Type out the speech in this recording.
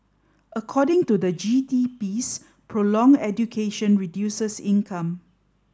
according to the G T piece prolonged education reduces income